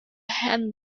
hand